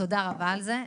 תודה רבה על זה.